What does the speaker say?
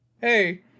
hey